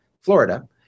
Florida